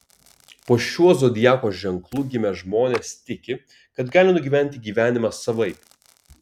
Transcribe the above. po šiuo zodiako ženklu gimę žmonės tiki kad gali nugyventi gyvenimą savaip